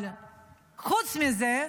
אבל חוץ מזה,